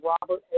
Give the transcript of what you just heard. Robert